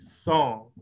song